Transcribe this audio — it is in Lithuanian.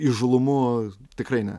įžūlumu tikrai ne